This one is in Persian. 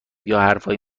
یاحرفایی